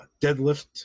deadlift